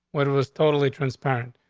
what? it was totally transparent.